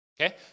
Okay